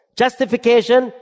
justification